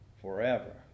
forever